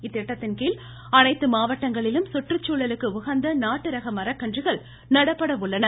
இத்திட்டத்தின்கீழ் அனைத்து மாவட்டங்களிலும் சுற்றுச்சூழலுக்கு உகந்த நாட்டுரக மரக்கன்றுகள் நடப்பட உள்ளன